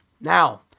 Now